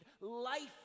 life